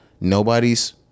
Nobody's